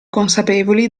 consapevoli